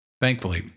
Thankfully